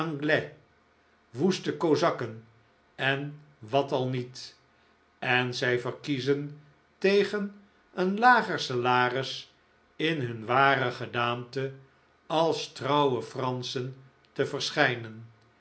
woeste kozakken en wat al niet en zij verkiezen tegen een lager salads in hun ware gedaante als trouwe franschen te verschijnen